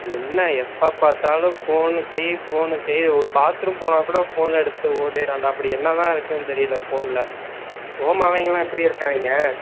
என்ன எப்போ பார்த்தாலும் ஃபோனு கை ஃபோனு கை ஒரு பாத்ரூம் போனால் கூட ஃபோனை எடுத்துட்டு ஓடிடுறான்டா அப்படி என்ன தான் இருக்குன்னு தெரியல ஃபோனில் உன் மகங்கலாம் எப்படி இருக்காங்க